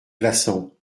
plassans